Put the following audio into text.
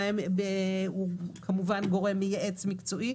והוא כמובן גורם מייעץ מקצועי.